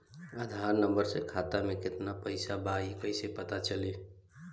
आधार number से खाता में केतना पईसा बा ई क्ईसे पता चलि?